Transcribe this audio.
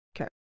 Okay